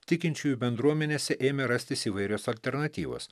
tikinčiųjų bendruomenėse ėmė rastis įvairios alternatyvos